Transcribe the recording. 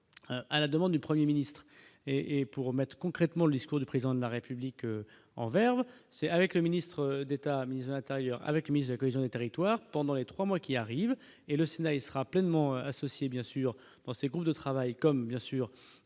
à la demande du 1er ministre et et pour mette concrètement le discours du président de la République en verve, c'est avec le ministre d'État mis à l'intérieur avec mise à cohésion des territoires pendant les 3 mois qui arrivent et le Sénat, il sera pleinement associé bien sûr dans ces groupes de travail, comme bien sûr